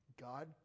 God